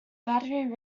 battery